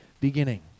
beginning